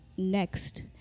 Next